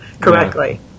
correctly